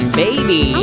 baby